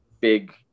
big